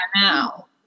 now